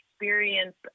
experience